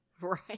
right